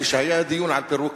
כשהיה דיון על פירוק